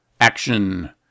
Action